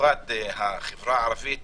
ובמיוחד החברה הערבית